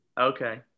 Okay